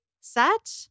set